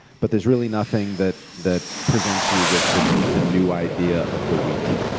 but there's really nothing that that presents you with the and the new idea of the week,